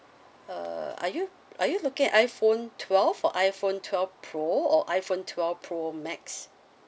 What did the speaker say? uh are you are you looking at iphone twelve or iphone twelve pro or iphone twelve pro max